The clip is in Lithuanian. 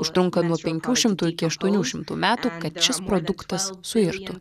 užtrunka nuo penkių šimtų iki aštuonių šimtų metų kad šis produktas suirtų